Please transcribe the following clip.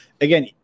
again